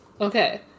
Okay